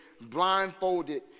blindfolded